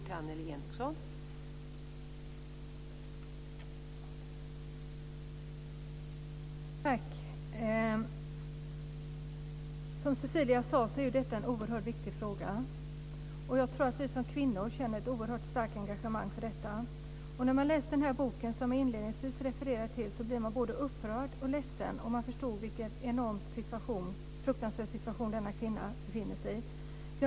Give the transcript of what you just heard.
Fru talman! Som Cecilia Magnusson sade är detta en oerhört viktig fråga. Jag tror att vi som kvinnor känner ett starkt engagemang för detta. När man läser den bok som det inledningsvis refererades till blir man både upprörd och ledsen. Man förstår vilken fruktansvärd situation många kvinnor befinner sig i.